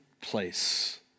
place